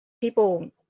people